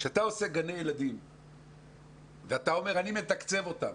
כשאתה עושה גני ילדים ואתה אומר, אני מתקצב אותם,